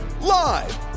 Live